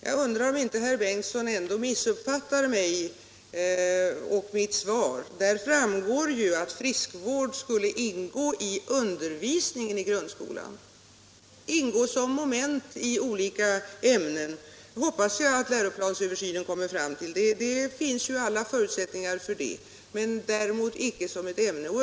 Jag undrar ändå om inte herr Bengtsson missuppfattar mig och mitt svar. Av det framgår ju att friskvård skulle ingå i undervisningen i grundskolan. Det skulle ingå som ett moment i olika ämnen — jag hoppas att läroplansöversynen kommer fram till det, det finns alla förutsättningar för detta — men däremot inte som ett särskilt ämne.